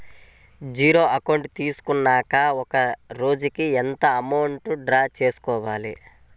Zero account తీసుకున్నాక ఒక రోజుకి ఎంత అమౌంట్ డ్రా చేసుకోవాలి?